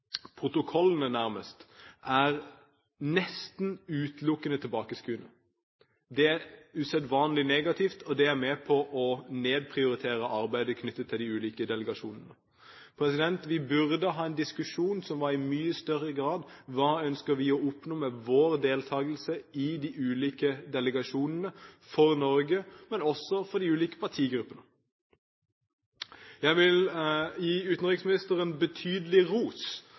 protokollene nærmest er – nesten utelukkende – tilbakeskuende. Det er usedvanlig negativt, og det er med på å nedprioritere arbeidet knyttet til de ulike delegasjonene. Vi burde ha en diskusjon som i mye større grad var om: Hva ønsker vi å oppnå med vår deltakelse i de ulike delegasjonene, for Norge, men også for de ulike partigruppene? Jeg vil gi utenriksministeren betydelig ros